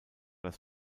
das